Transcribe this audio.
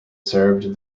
served